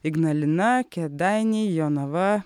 ignalina kėdainiai jonava